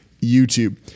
YouTube